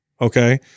okay